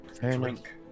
drink